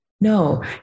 no